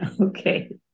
Okay